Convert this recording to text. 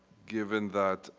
given that